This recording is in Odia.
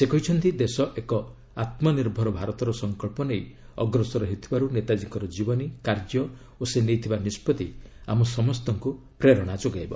ସେ କହିଛନ୍ତି ଦେଶ ଏକ ଆତ୍ମନିର୍ଭ ଭାରତର ସଂକଳ୍ପ ନେଇ ଅଗ୍ରସର ହେଉଥିବାରୁ ନେତାଜୀଙ୍କର ଜୀବନୀ କାର୍ଯ୍ୟ ଓ ସେ ନେଇଥିବା ନିଷ୍ପଭି ଆମ ସମସ୍ତଙ୍କୁ ପ୍ରେରଣା ଯୋଗାଇବ